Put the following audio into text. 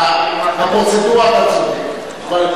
הפרוצדורה, אתה צודק.